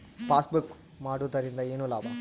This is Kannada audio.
ಪಾಸ್ಬುಕ್ ಮಾಡುದರಿಂದ ಏನು ಲಾಭ?